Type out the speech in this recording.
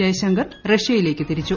ജയശങ്കർ റഷ്യയിലേക്ക് തിരിച്ചു